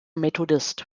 methodist